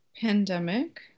pandemic